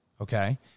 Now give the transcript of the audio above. okay